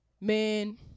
man